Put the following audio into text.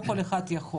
לא כל אחד יכול.